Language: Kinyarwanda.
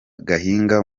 gahinga